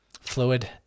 fluid